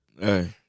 Hey